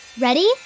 Ready